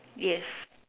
yes